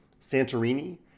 Santorini